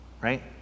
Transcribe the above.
Right